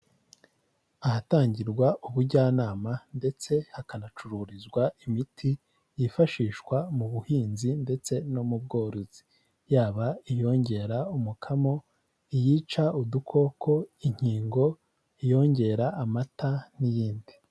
Ahatangirwa ubujyanama ndetse hakanacururizwa imiti yifashishwa mu buhinzi ndetse no mu bworozi, yaba iyongera umukamo, iyica udukoko, inkingo, iyongera amata n'iyindi.